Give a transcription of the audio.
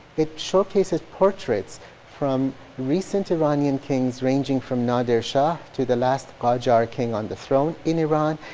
it showcases portraits from recent iranian kings ranging from nadir shah to the last qajar king on the throne in iran.